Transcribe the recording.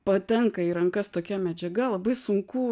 patenka į rankas tokia medžiaga labai sunku